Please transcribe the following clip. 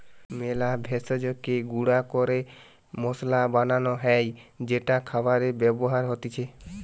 মেলা ভেষজকে গুঁড়া ক্যরে মসলা বানান হ্যয় যেটা খাবারে ব্যবহার হতিছে